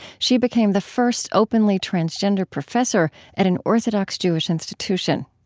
she became the first openly transgender professor at an orthodox jewish institution.